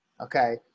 okay